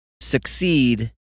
succeed